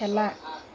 খেলা